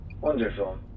Wonderful